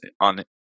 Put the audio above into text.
on